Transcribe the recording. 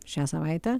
šią savaitę